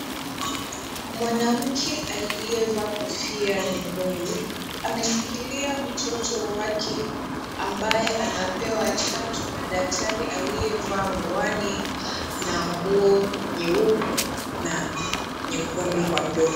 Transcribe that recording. Mwanamke aliyevaa kofia nyekundu, ameshikilia mtoto wake ambaye anapewa chanjo na daktari aliyevaa miwani na nguo nyeupe na nyekundu kwa mdomo.